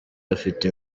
afite